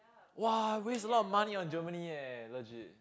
!wah! waste a lot of money on Germany eh legit